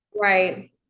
right